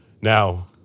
Now